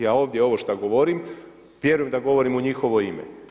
Ja ovdje ovo šta govorim vjerujem da govorim u njihovo ime.